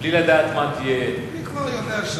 בלי לדעת מה תהיה תשובת השר?